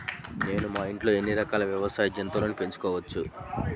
నేను మా ఇంట్లో ఎన్ని రకాల వ్యవసాయ జంతువులను పెంచుకోవచ్చు?